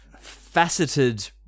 faceted